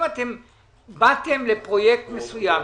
אם באתם לפרויקט מסוים,